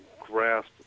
grasp